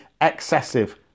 excessive